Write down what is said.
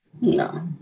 No